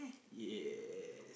ya